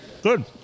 Good